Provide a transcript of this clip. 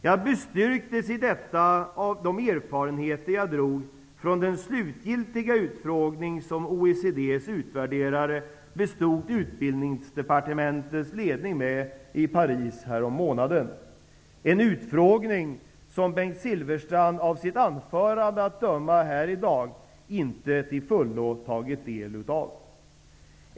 Jag bestyrktes i detta av de erfarenheter som jag drog av den slutgiltiga utfrågning som OECD:s utvärderare bestod Utbildningsdepartementets ledning med i Paris för ett par månader sedan, en utfrågning som Bengt Silfverstrand -- av hans anförande här i dag att döma -- inte till fullo tagit del av.